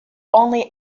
only